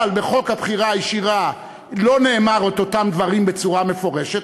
אבל בחוק הבחירה הישירה לא נאמרו אותם דברים בצורה מפורשת,